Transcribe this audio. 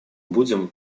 будем